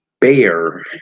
bear